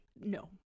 no